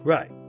Right